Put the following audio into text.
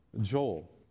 Joel